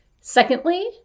Secondly